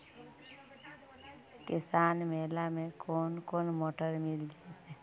किसान मेला में कोन कोन मोटर मिल जैतै?